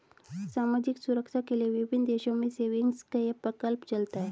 सामाजिक सुरक्षा के लिए विभिन्न देशों में सेविंग्स का यह प्रकल्प चलता है